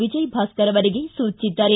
ವಿಜಯಭಾಸ್ಕರ್ ಅವರಿಗೆ ಸೂಚಿಸಿದ್ದಾರೆ